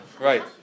right